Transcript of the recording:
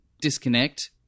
disconnect